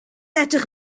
edrych